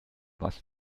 was